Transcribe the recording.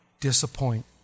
disappoint